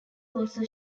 also